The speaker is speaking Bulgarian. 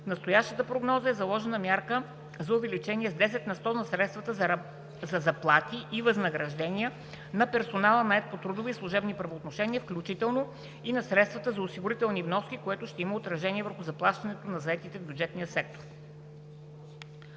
настоящата прогноза е заложена мярка за увеличение с 10 на сто на средствата за заплати и възнаграждения на персонала, нает по трудови и служебни правоотношения, включително и на средствата за осигурителни вноски, което ще има отражение върху заплащането на заетите в бюджетния сектор.